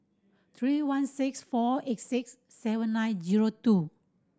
three one six four eight six seven nine zero two